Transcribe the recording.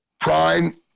Prime